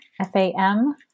f-a-m